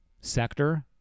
sector